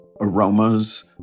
aromas